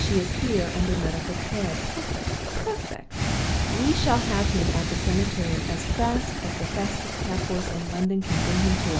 and that she is here under medical care. perfect! perfect we shall have him at the sanitarium as fast as the fastest cab-horse in london can bring him to us.